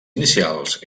inicials